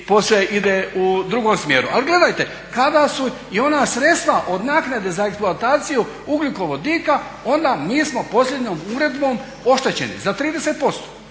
posve ide u drugom smjeru. Ali gledajte kada su i ona sredstva od naknade za eksploataciju ugljikovodika onda mi smo posljednjom uredbom oštećeni za 30%,